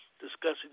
discussing